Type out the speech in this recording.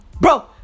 Bro